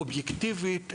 אובייקטיבית,